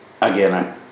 Again